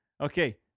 Okay